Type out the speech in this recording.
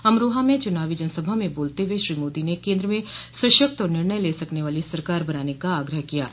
अमरोहा में चुनावी जनसभा में बोलते हुए श्री मोदी न केन्द्र में सशक्त और निर्णय ले सकने वाली सरकार बनाने का आग्रह किया है